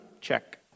check